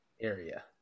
area